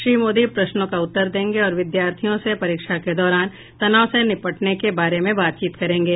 श्री मोदी प्रश्नों का उत्तर देंगे और विद्यार्थियों से परीक्षा के दौरान तनाव से निपटने के बारे में बातचीत करेंगे